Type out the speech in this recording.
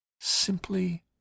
simply